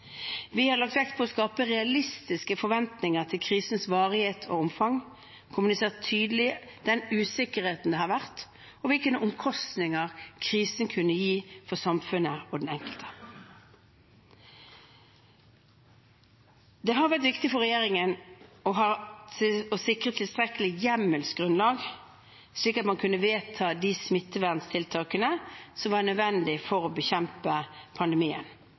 Vi har lagt vekt på å skape realistiske forventninger til krisens varighet og omfang, kommunisere tydelig den usikkerheten som har vært, og hvilke omkostninger krisen vil kunne gi for samfunnet og den enkelte. Det har vært viktig for regjeringen å sikre tilstrekkelig hjemmelsgrunnlag slik at man kunne vedta de smitteverntiltakene som var nødvendig for å bekjempe pandemien,